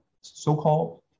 so-called